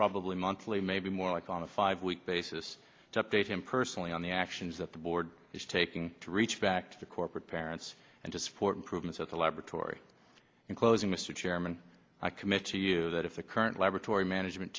probably monthly maybe more like on a five week basis to update him personally on the actions that the board is taking to reach back to corporate parents and to support improvements at the laboratory in closing mr chairman i commit to you that if the current laboratory management